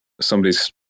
Somebody's